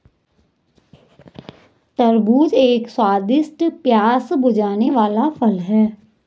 तरबूज एक स्वादिष्ट, प्यास बुझाने वाला फल है